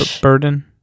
Burden